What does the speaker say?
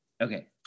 Okay